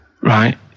right